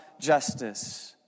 justice